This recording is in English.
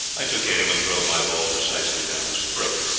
i took aim and drove my ball precisely down his throat.